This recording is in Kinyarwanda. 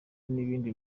ibindi